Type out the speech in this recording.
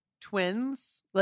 Twins